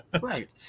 Right